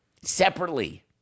separately